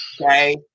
Okay